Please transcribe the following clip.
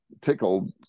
tickled